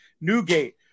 Newgate